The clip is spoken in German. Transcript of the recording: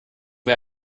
wer